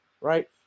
right